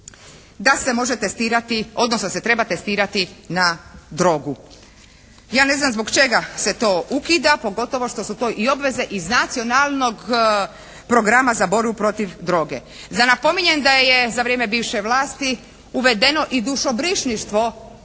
da se može testirati odnosno da se treba testirati na drogu. Ja ne znam zbog čega se to ukida pogotovo što su to i obveze iz Nacionalnog programa za borbu protiv droge. Napominjem da je za vrijeme bivše vlasti uvedeno i dušobrižništvo u